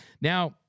Now